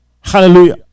hallelujah